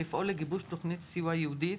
לפעול לגיבוש תוכנית סיוע ייעודית